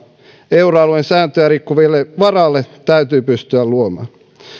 euroalueen sääntöjä rikkovien varalle täytyy pystyä luomaan